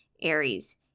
Aries